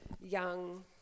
young